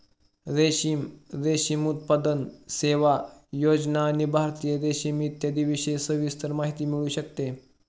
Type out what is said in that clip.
रेशीम, रेशीम उत्पादन, सेवा, योजना आणि भारतीय रेशीम इत्यादींविषयी सविस्तर माहिती मिळू शकते